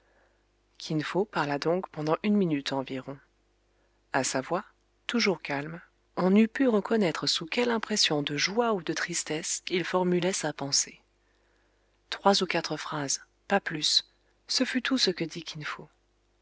kin fo parla donc pendant une minute environ a sa voix toujours calme on n'eût pu reconnaître sous quelle impression de joie ou de tristesse il formulait sa pensée trois ou quatre phrases pas plus ce fut tout ce que dit kin fo